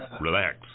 Relax